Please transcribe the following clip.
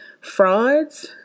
frauds